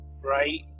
Right